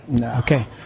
Okay